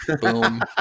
boom